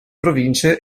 province